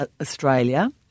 Australia